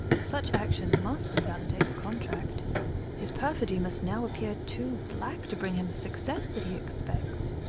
such action must invalidate the contract his perfidy must now appear too black to bring him the success that he expects.